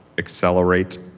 accelerates.